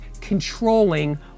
controlling